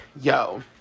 yo